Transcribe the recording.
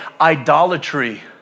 idolatry